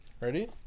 Ready